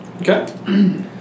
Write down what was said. Okay